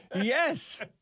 Yes